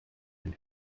den